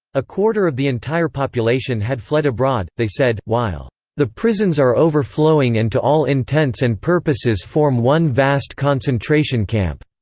a quarter of the entire population had fled abroad, they said, while the prisons are overflowing and to all intents and purposes form one vast concentration camp.